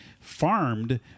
farmed